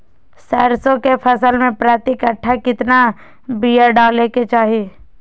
सरसों के फसल में प्रति कट्ठा कितना बिया डाले के चाही?